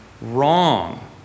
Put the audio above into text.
wrong